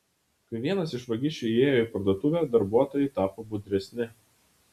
kai vienas iš vagišių įėjo į parduotuvę darbuotojai tapo budresni